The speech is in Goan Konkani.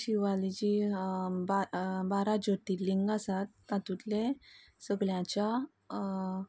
शिवाली जी बा बारा ज्योतीर्लिंगां आसात तातूंतले सगळ्याच्या